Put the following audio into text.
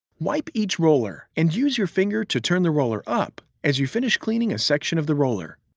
wipe each roller and use your finger to turn the roller up as you finish cleaning a section of the roller.